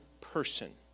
person